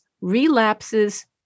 relapses